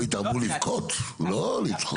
פה היית אמור לבכות, לא לצחוק.